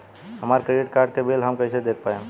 हमरा credit card के bill हम कइसे देख पाएम?